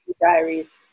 Diaries